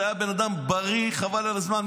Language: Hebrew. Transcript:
זה היה בן אדם בריא, חבל על הזמן.